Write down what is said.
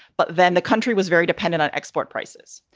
but then the country was very dependent on export prices.